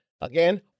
Again